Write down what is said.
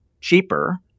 cheaper